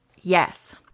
Yes